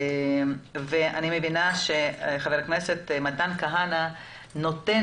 אני מבינה שחבר הכנסת מתן כהנא נותן